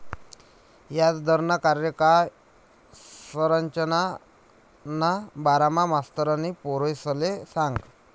याजदरना कार्यकाय संरचनाना बारामा मास्तरनी पोरेसले सांगं